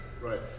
Right